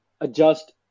adjust